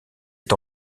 est